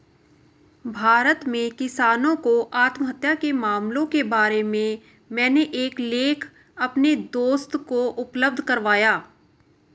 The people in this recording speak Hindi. भारत में किसानों की आत्महत्या के मामलों के बारे में मैंने एक लेख अपने दोस्त को उपलब्ध करवाया